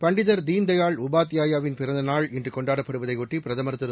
பண்டிதர் தீன் தயாள் உபாத்யாயாவின் பிறந்த நாள் இன்று கொண்டாடப்படுவதையொட்டி பிரதமர் திரு